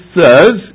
says